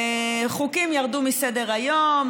חוקים ירדו מסדר-היום,